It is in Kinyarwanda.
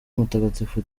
mutagatifu